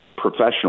professional